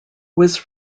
was